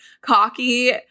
cocky